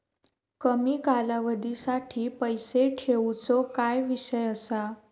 कमी कालावधीसाठी पैसे ठेऊचो काय विषय असा?